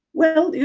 well, yeah